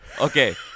Okay